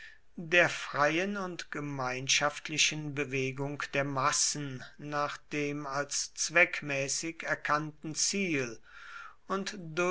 der freien und gemeinschaftlichen bewegung der massen nach dem als zweckmäßig erkannten ziel und